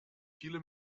viele